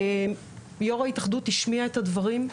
יו"ר ההתאחדות השמיע את הדברים,